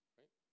right